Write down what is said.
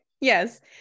Yes